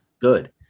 good